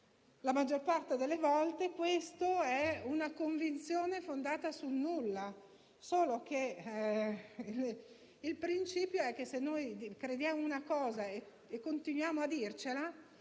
La maggior parte delle volte questa è una convinzione fondata sul nulla. Il principio, però, è che, se noi crediamo una cosa e continuiamo a dircela,